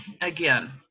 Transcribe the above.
again